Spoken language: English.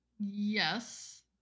Yes